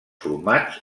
formats